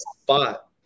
spot